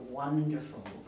wonderful